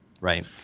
right